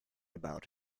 about